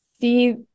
see